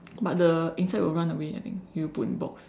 but the insect will run away I think if you put in box